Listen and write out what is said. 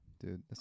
dude